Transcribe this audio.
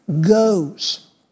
goes